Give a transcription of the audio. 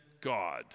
God